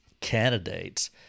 candidates